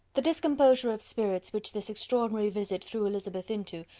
the discomposure of spirits which this extraordinary visit threw elizabeth into,